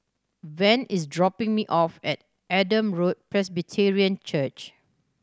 Van is dropping me off at Adam Road Presbyterian Church